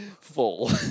Full